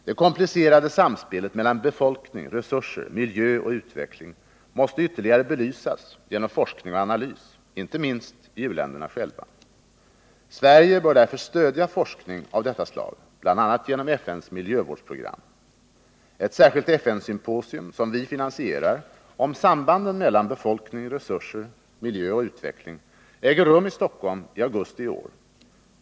Det komplicerade samspelet mellan befolkning, resurser, miljö och utveckling måste ytterligare belysas genom forskning och analys, inte minst i u-länderna. Sverige bör därför stödja forskning av detta slag bl.a. genom FN:s miljövårdsprogram. Ett särskilt FN-symposium, som vi finansierar, om sambanden mellan befolkning, resurser, miljö och utveckling, äger rum i Stockholm i augusti i år.